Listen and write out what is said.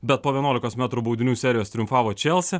bet po vienuolikos metrų baudinių serijos triumfavo chelsea